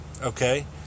okay